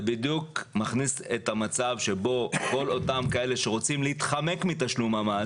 אבל זה בדיוק מכניס את המצב שבו כל אותם אלה שרוצים להתחמק מתשלום המס,